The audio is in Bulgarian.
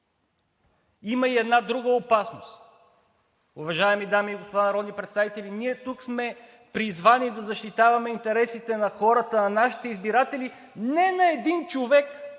Има и една друга опасност. Уважаеми дами и господа народни представители, тук ние сме призвани да защитаваме интересите на хората, на нашите избиратели, а не на един човек,